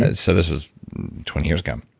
ah so this was twenty years ago.